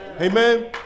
Amen